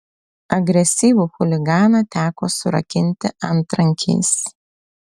agresyvų chuliganą teko surakinti antrankiais